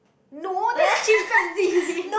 no that's chimpanzee